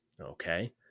Okay